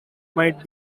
might